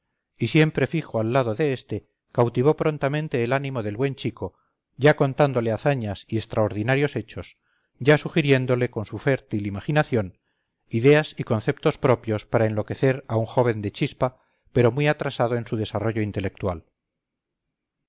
y siempre fijo al lado de este cautivó prontamente el ánimo del buen chico ya contándole hazañas y extraordinarios hechos ya sugiriéndole con su fértil imaginación ideas y conceptos propios para enloquecer a un joven de chispa pero muy atrasado en su desarrollo intelectual